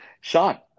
Sean